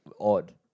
odd